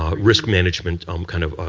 um risk management um kind of